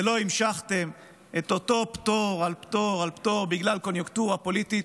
ולא המשכתם את אותו פטור על פטור על פטור בגלל קוניונקטורה פוליטית,